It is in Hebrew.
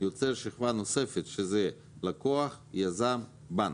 יוצר שכבה נוספת שזה לקוח, יזם בנק.